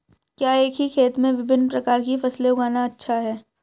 क्या एक ही खेत में विभिन्न प्रकार की फसलें उगाना अच्छा है?